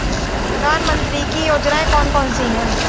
प्रधानमंत्री की योजनाएं कौन कौन सी हैं?